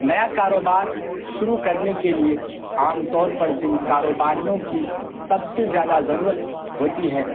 نیا کاروبار شروع کرنے کے لیے عام طور پر جن کاروباریوں کی سب سے زیادہ ضرورت ہوتی ہے